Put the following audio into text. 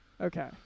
Okay